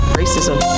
racism